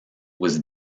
was